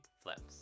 flips